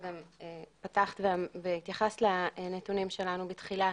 את פתחת והתייחס לנתונים שלנו בתחילה,